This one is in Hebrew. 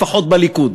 לפחות בליכוד.